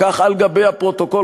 כך על גבי הפרוטוקול,